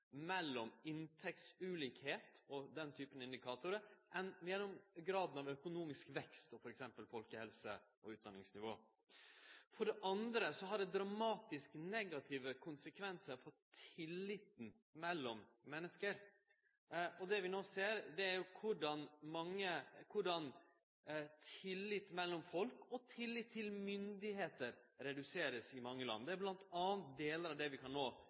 mellom inntektsulikskap og den typen indikatorar enn mellom graden av økonomisk vekst og f.eks. folkehelse og utdanningsnivå. For det andre har det dramatisk negative konsekvensar for tilliten mellom menneske. Det vi no ser, er korleis tilliten mellom folk og tilliten til styresmakter vert redusert i mange land. Det er bl.a. delar av det vi no kan